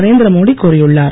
நரேந்திர மோடி கூறியுள்ளார்